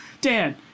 Dan